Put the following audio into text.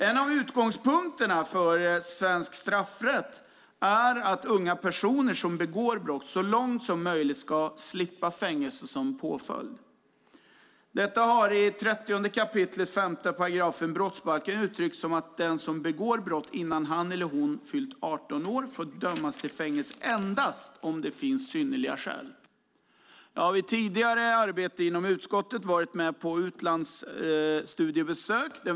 En av utgångspunkterna för svensk straffrätt är att unga personer som begår brott så långt som möjligt ska slippa fängelse som påföljd. Enligt 30 kap. 5 §, brottsbalken får den som begår brott innan han eller hon fyllt 18 år dömas till fängelse endast om det finns synnerliga skäl. Jag har vid tidigare arbete i utskottet varit med på studiebesök i utlandet.